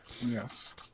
Yes